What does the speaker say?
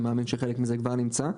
אני מאמין שחלק מזה כבר נמצא,